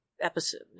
episode